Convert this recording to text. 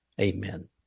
Amen